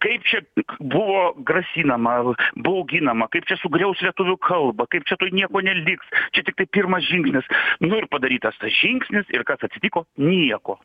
kaip čia buvo grasinama bauginama kaip čia sugriaus lietuvių kalbą kaip čia tuoj nieko neliks čia tiktai pirmas žingsnis nu ir padarytas tas žingsnis ir kas atsitiko nieko